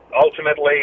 ultimately